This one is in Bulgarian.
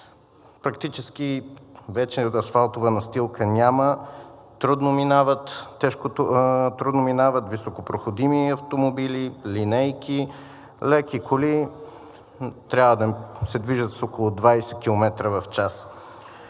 Практически вече асфалтова настилка няма, трудно минават високопроходими автомобили, линейки, леките коли трябва да се движат с около 20 км в час.